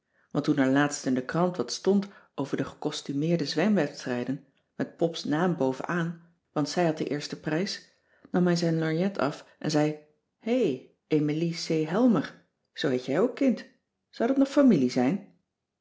want toen er laatst in de krant wat stond over de gecostumeerde zwemwedstrijden met pop's naam boven aan want zij had de eerste prijs nam hij zijn lorgnet af en zei hé emilie c helmer zoo heet jij ook kind zou dat nog familie zijn